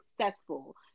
successful